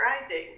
rising